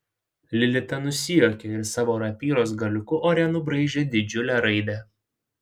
lilita nusijuokė ir savo rapyros galiuku ore nubraižė didžiulę raidę